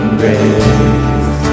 grace